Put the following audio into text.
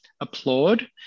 applaud